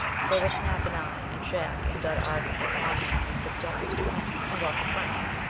there were snap and i and shac and dud ardley upon whom we could doubtless depend. and dr. frank.